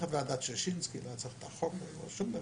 ועדת ששינסקי ולא את החוק ולא שום דבר.